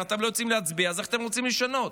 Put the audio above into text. אם אתם לא יוצאים להצביע, איך אתם רוצים לשנות?